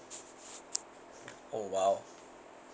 oh !wow!